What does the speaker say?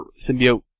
symbiote